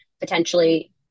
potentially